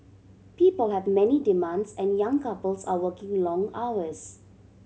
people have many demands and young couples are working long hours